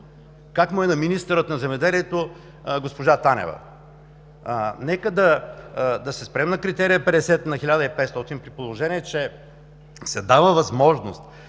как му е на министъра на земеделието и храните госпожа Танева? Нека да се спрем на критерия 50 на 1500, при положение че се дава възможност